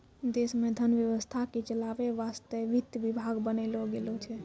देश मे धन व्यवस्था के चलावै वासतै वित्त विभाग बनैलो गेलो छै